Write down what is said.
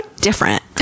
different